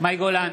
מאי גולן,